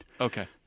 Okay